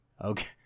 Okay